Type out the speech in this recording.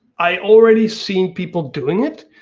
i already seen people doing it,